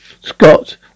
Scott